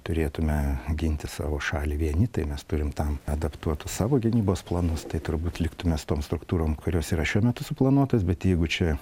turėtume ginti savo šalį vieni tai mes turim tam adaptuotus savo gynybos planus tai turbūt liktume su tom struktūrom kurios yra šiuo metu suplanuotos bet jeigu čia